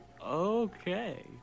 Okay